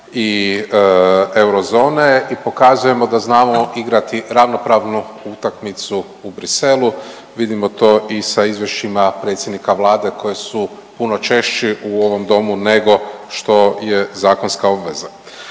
i eurozone i pokazujemo da znamo igrati ravnopravnu utakmicu u Bruxellesu, vidimo to i sa izvješćima predsjednika Vlade koji su puno češći u ovom domu nego što je zakonska obveza.